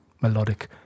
melodic